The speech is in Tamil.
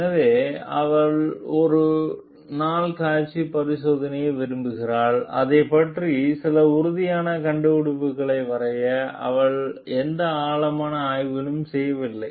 எனவே அவள் ஒரு நாள் காட்சி பரிசோதனையை விரும்புகிறாள் அதைப் பற்றி சில உறுதியான கண்டுபிடிப்புகளை வரைய அவள் எந்த ஆழமான ஆய்வையும் செய்யவில்லை